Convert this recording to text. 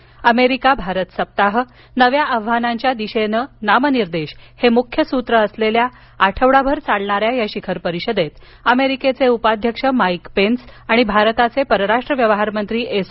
America Bharat सप्ताह नव्या आव्हानांच्या दिशेनं नामनिर्देश हे मुख्य सूत्र असलेल्या आठवडाभर चालणाऱ्या या शिखर परिषदेत अमेरिकेचे उपाध्यक्ष माईक पेन्स आणि भारताचे परराष्ट्र व्यवहारमंत्री एस